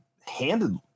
handed